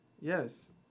Yes